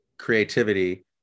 creativity